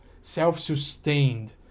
self-sustained